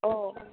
अ